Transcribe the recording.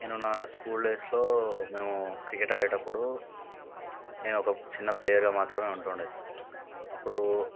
నేను నా స్కూల్ డేస్లో మేము క్రికెట్ ఆడేటప్పుడు నేను ఒక చిన్న ప్లేయర్గా మాత్రమే ఆడుతుండే అప్పుడు